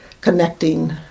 connecting